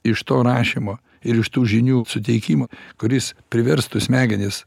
iš to rašymo ir iš tų žinių suteikimo kuris priverstų smegenis